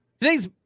Today's